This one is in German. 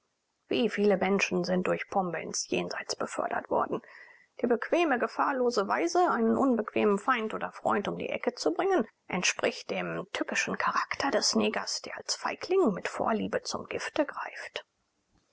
wie viele menschen sind durch pombe ins jenseits befördert worden die bequeme gefahrlose weise einen unbequemen feind oder freund um die ecke zu bringen entspricht dem tückischen charakter des negers der als feigling mit vorliebe zum gifte greift